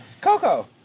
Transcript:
Coco